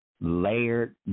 layered